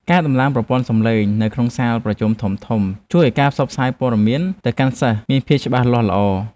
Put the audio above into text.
ការដំឡើងប្រព័ន្ធសម្លេងនៅក្នុងសាលប្រជុំធំៗជួយឱ្យការផ្សព្វផ្សាយព័ត៌មានទៅកាន់សិស្សមានភាពច្បាស់លាស់ល្អ។